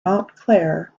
montclair